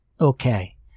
Okay